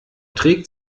trägt